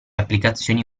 applicazioni